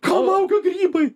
kam auga grybai